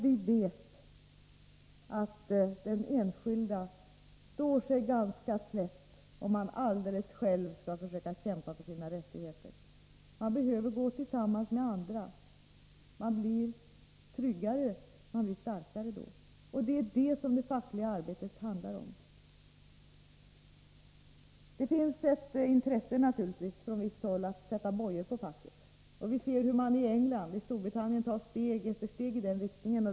Vi vet att den enskilde står sig ganska slätt om han alldeles själv skall försöka kämpa för sina rättigheter. Han behöver gå tillsammans med andra. Han blir då tryggare och starkare. Det är det som det fackliga arbetet handlar om. Det finns naturligtvis ett intresse från visst håll att sätta bojor på facket. Vi ser hur mani Storbritannien tar steg efter steg i den riktningen.